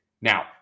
Now